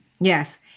Yes